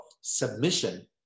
submission